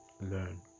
learn